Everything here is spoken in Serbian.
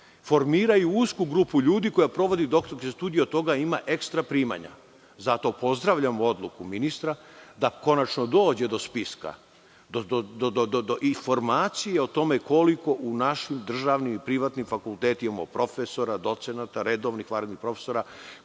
formiraju usku grupu ljudi, koja sprovodi doktorske studije i od toga ima ekstra primanja. Zato pozdravljam odluku ministra da konačno dođe do spiska, do informacije o tome koliko u našim državnim, privatnim fakultetima ima profesora, docenata, redovnih i vanrednih profesora,